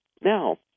Now